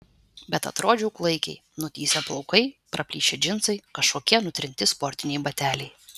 bet atrodžiau klaikiai nutįsę plaukai praplyšę džinsai kažkokie nutrinti sportiniai bateliai